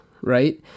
right